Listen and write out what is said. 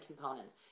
components